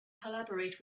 collaborate